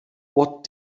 what